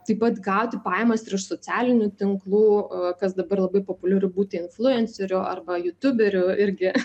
taip pat gauti pajamas ir iš socialinių tinklų kas dabar labai populiaru būti influenceriu arba jutuberiu irgi